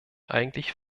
eigentlich